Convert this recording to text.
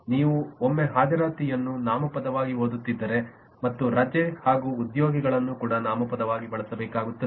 ನೀವು ಒಮ್ಮೆ ಹಾಜರಾತಿಯನ್ನು ನಾಮಪದವಾಗಿ ಓದುತ್ತಿದ್ದರೆ ಮತ್ತು ರಜೆ ಹಾಗು ಉದ್ಯೋಗಿಗಳನ್ನು ಕೂಡ ನಾಮಪದವಾಗಿ ಬಳಸಬೇಕಾಗುತ್ತದೆ